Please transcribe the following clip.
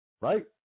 Right